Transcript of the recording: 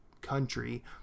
country